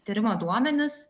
tyrimo duomenis